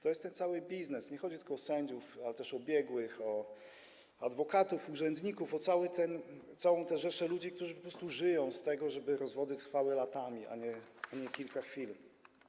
To jest ten cały biznes, nie chodzi tylko o sędziów, ale też o biegłych, o adwokatów, urzędników, o całą tę rzeszę ludzi, którzy po prostu żyją z tego, żeby rozwody trwały latami, a nie kilka chwil.